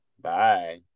Bye